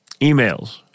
Emails